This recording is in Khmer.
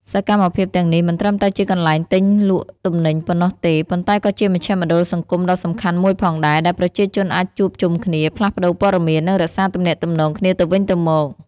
សកម្មភាពទាំងនេះមិនត្រឹមតែជាកន្លែងទិញលក់ទំនិញប៉ុណ្ណោះទេ ប៉ុន្តែក៏ជាមជ្ឈមណ្ឌលសង្គមដ៏សំខាន់មួយផងដែរ ដែលប្រជាជនអាចជួបជុំគ្នា ផ្លាស់ប្ដូរព័ត៌មាន និងរក្សាទំនាក់ទំនងគ្នាទៅវិញទៅមក។